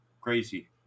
Crazy